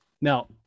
Now